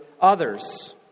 others